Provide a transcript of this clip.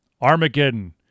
Armageddon